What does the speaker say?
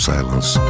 Silence